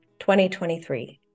2023